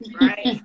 right